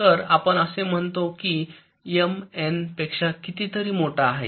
तर आपण असे म्हणतो आहे की M N पेक्षा कितीतरी मोठा आहे